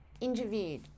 interviewed